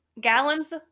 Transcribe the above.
gallons